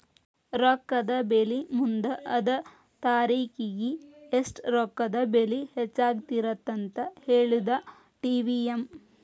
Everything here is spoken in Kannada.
ರೊಕ್ಕದ ಬೆಲಿ ಮುಂದ ಅದ ತಾರಿಖಿಗಿ ಎಷ್ಟ ರೊಕ್ಕದ ಬೆಲಿ ಹೆಚ್ಚಾಗಿರತ್ತಂತ ಹೇಳುದಾ ಟಿ.ವಿ.ಎಂ